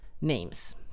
names